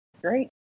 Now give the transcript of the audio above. Great